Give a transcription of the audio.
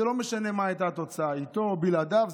זה לא משנה מה הייתה התוצאה איתו או בלעדיו,